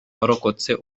warokotse